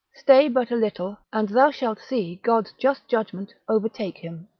stay but a little and thou shalt see god's just judgment overtake him.